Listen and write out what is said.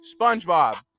SpongeBob